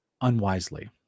unwisely